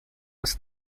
was